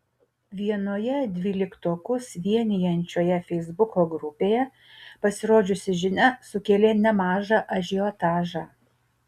vienoje dvyliktokus vienijančioje feisbuko grupėje pasirodžiusi žinia sukėlė nemažą ažiotažą